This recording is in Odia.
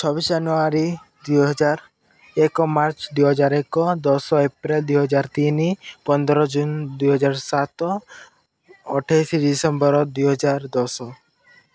ଛବିଶ ଜାନୁଆରୀ ଦୁଇ ହଜାର ଏକ ମାର୍ଚ୍ଚ ଦୁଇ ହଜାର ଏକ ଦଶ ଏପ୍ରିଲ ଦୁଇ ହଜାର ତିନି ପନ୍ଦର ଜୁନ ଦୁଇ ହଜାର ସାତ ଅଠେଇଶି ଡିସେମ୍ବର ଦୁଇ ହଜାର ଦଶ